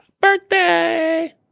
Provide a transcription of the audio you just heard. Birthday